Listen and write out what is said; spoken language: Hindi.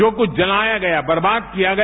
जो क्छ जलाया गया बर्बाद किया गया